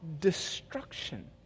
destruction